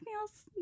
else